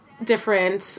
different